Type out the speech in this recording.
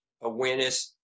awareness